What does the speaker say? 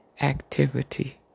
activity